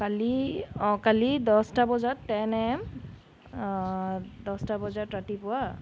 কালি অঁ কালি দহটা বজাত টেন এএম দহটা বজাত ৰাতিপুৱা